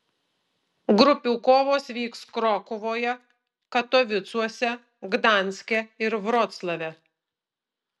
grupių kovos vyks krokuvoje katovicuose gdanske ir vroclave